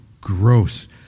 gross